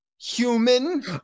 human